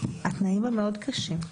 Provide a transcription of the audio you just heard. התנאים הם מאוד קשים.